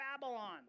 Babylon